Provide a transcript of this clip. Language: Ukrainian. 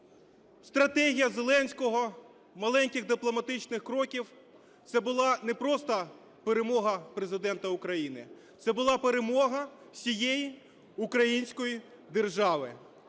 стратегія Зеленського, маленьких дипломатичних кроків - це була не просто перемога Президента України, це була перемога всієї української держави.